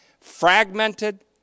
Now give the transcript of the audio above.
fragmented